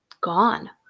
gone